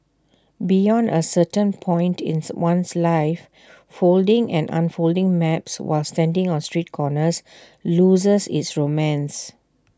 beyond A certain point ins one's life folding and unfolding maps while standing on street corners loses its romance